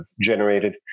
generated